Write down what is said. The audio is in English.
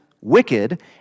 wicked